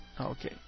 Okay